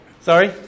Sorry